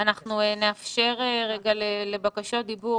נבקש לשמוע